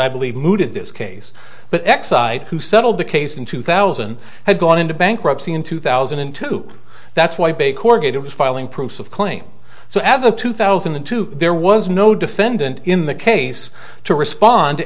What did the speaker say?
i believe mooted this case but exide who settled the case in two thousand had gone into bankruptcy in two thousand and two that's why bake or get it was filing proof of claim so as of two thousand and two there was no defendant in the case to respond to